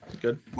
Good